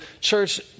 church